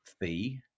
fee